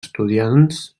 estudiants